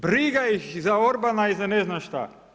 Briga ih za Orbana i za ne znam šta.